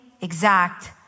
exact